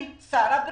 עם שר הבריאות,